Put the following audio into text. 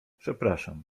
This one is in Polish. przepraszam